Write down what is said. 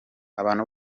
abantu